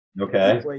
Okay